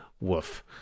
woof